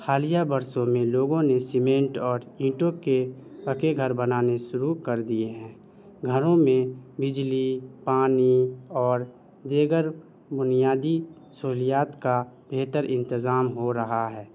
حالیہ برسوں میں لوگوں نے سیمنٹ اور اینٹوں کے پکے گھر بنانے شروع کر دیے ہیں گھروں میں بجلی پانی اور دیگر بنیادی سہولیات کا بہتر انتظام ہو رہا ہے